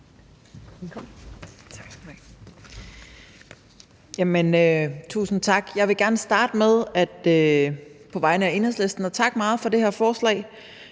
Tusind tak. Jeg vil gerne starte med på vegne af Enhedslisten at takke meget for det her forslag.